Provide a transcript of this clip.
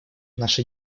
наша